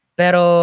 pero